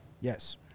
Yes